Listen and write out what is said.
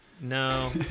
No